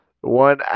one